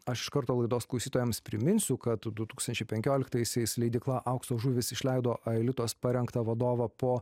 aš iš karto laidos klausytojams priminsiu kad du tūkstančiai penkioliktaisiais leidykla aukso žuvys išleido aelitos parengtą vadovą po